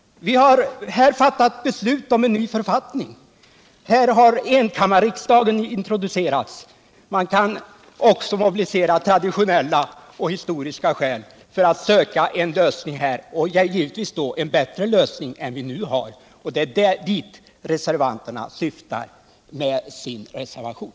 Vi har här fattat beslut om en ny författning. Här har enkammarriksdagen introducerats. Man kan också mobilisera traditionella och historiska skäl för att söka en lösning här — och då givetvis en bättre lösning än den vi nu har. Det är dit reservanterna syftar med sin reservation.